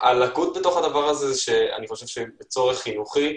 הלקות בתוך הדבר הזה, בצורך חינוכי,